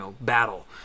battle